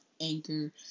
Anchor